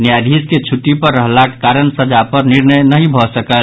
न्यायाधीश के छुट्टी पर रहलाक कारण सजा पर निर्णयल नहि भऽ सकल